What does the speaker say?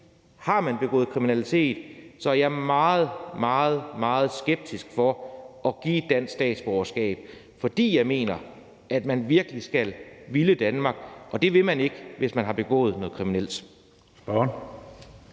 har man begået kriminalitet, er jeg meget, meget skeptisk over for at give et dansk statsborgerskab, fordi jeg mener, at man virkelig skal ville Danmark, og det vil man ikke, hvis man har begået noget kriminelt.